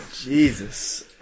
Jesus